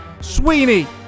Sweeney